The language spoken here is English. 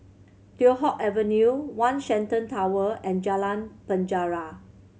Teow Hock Avenue One Shenton Tower and Jalan Penjara